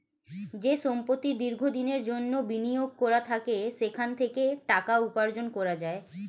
যে সম্পত্তি দীর্ঘ দিনের জন্যে বিনিয়োগ করা থাকে সেখান থেকে টাকা উপার্জন করা যায়